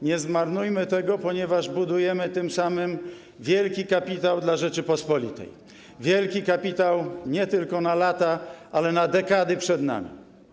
Nie zmarnujmy tego, ponieważ budujemy tym samym wielki kapitał dla Rzeczypospolitej, wielki kapitał nie tylko na lata, ale na dekady przed nami.